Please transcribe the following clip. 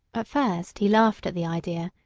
at first he laughed at the idea,